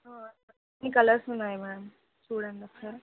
అన్ని కలర్స్ ఉన్నాయి మ్యామ్ చూడండి ఒక్కసారి